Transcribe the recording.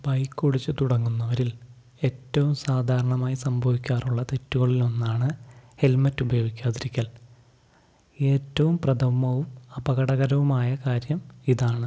ബൈക്കോടിച്ചു തുടങ്ങുന്നവരിൽ ഏറ്റവും സാധാരണമായി സംഭവിക്കാറുള്ള തെറ്റുകളിലൊന്നാണ് ഹെൽമറ്റ് ഉപയോഗിക്കാതിരിക്കൽ ഏറ്റവും പ്രഥമവും അപകടകരവുമായ കാര്യം ഇതാണ്